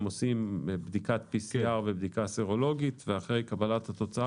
עושים בדיקת PCR ובדיקה סרולוגית ואחרי קבלת התוצאה,